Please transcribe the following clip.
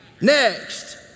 Next